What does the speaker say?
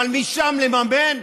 אבל משם לממן?